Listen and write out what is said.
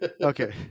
Okay